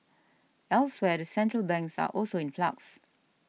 elsewhere the central banks are also in flux